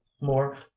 more